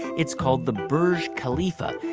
it's called the burj khalifa.